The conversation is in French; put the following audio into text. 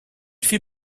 fit